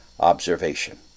observation